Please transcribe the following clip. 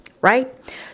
right